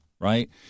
right